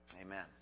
Amen